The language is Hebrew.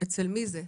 אצל מי זה?